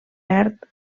perd